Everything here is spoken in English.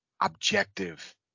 Objective